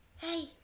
Hey